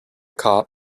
cop